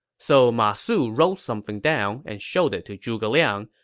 so ma su wrote something down and showed it to zhuge liang,